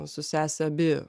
su sese abi